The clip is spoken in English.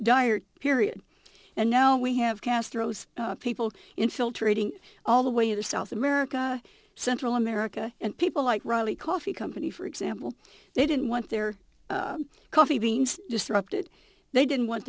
dire period and now we have castro's people infiltrating all the way to south america central america and people like riley coffee company for example they didn't want their coffee beans disrupted they didn't want